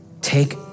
Take